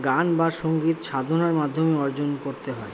গান বা সঙ্গীত সাধনার মাধ্যমে অর্জন করতে হয়